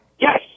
Yes